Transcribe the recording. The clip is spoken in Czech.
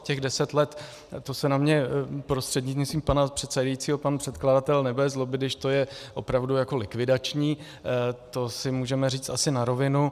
Těch deset let, to se na mě prostřednictvím pana předsedajícího pan předkladatel nebude zlobit, když to je opravdu likvidační, to si můžeme říct asi na rovinu.